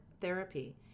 therapy